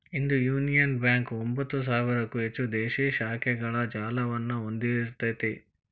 ಇಂದು Union Bank ಒಂಭತ್ತು ಸಾವಿರಕ್ಕೂ ಹೆಚ್ಚು ದೇಶೇ ಶಾಖೆಗಳ ಜಾಲವನ್ನ ಹೊಂದಿಇರ್ತೆತಿ